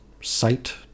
site